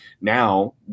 now